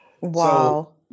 Wow